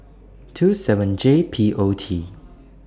two seven J P O T